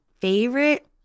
favorite